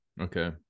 okay